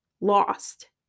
lost